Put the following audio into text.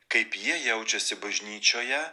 kaip jie jaučiasi bažnyčioje